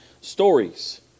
stories